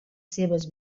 seves